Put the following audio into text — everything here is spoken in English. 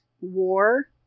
war